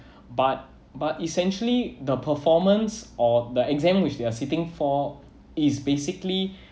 but but essentially the performance or the exam which they are sitting for is basically